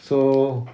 so